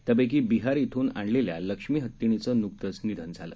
त्यापैकी बिहार येथून आणलेल्या लक्ष्मी हत्तीणीचे नुकतंच निधन झालं